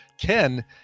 Ken